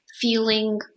feeling